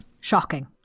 Shocking